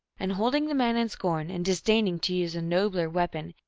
and holding the man in scorn, and disdaining to use a nobler weapon,